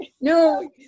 No